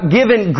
given